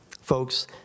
Folks